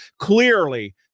Clearly